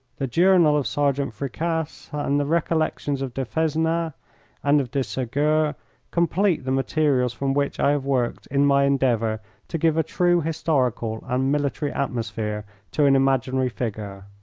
the journal of sergeant fricasse and the recollections of de fezenac and of de segur complete the materials from which i have worked in my endeavour to give a true historical and military atmosphere to an imaginary figure.